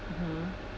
mmhmm